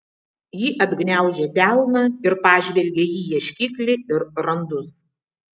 ji atgniaužė delną ir pažvelgė į ieškiklį ir randus